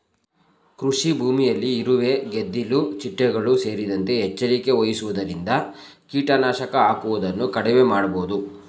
ಕೃಷಿಭೂಮಿಯಲ್ಲಿ ಇರುವೆ, ಗೆದ್ದಿಲು ಚಿಟ್ಟೆಗಳು ಸೇರಿದಂತೆ ಎಚ್ಚರಿಕೆ ವಹಿಸುವುದರಿಂದ ಕೀಟನಾಶಕ ಹಾಕುವುದನ್ನು ಕಡಿಮೆ ಮಾಡಬೋದು